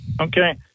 Okay